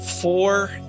four